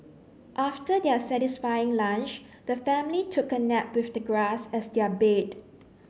after their satisfying lunch the family took a nap with the grass as their bed